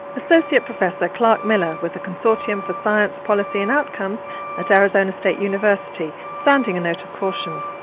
associate professor clark miller, with the consortium for science, policy and outcomes at arizona state university, sounding a note of caution.